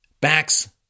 backs